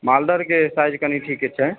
मालदह आओरके साइज कनि ठीक छै